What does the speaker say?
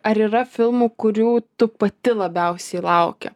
ar yra filmų kurių tu pati labiausiai lauki